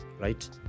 right